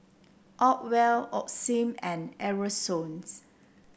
Acwell Osim and Aerosoles